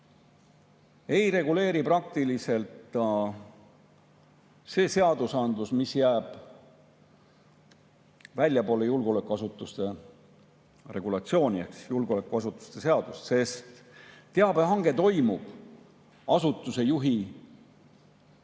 ei reguleeri praktiliselt ka see seadusandlus, mis jääb väljapoole julgeolekuasutuste regulatsiooni ehk julgeolekuasutuste seadust. Teabehange toimub asutuse juhi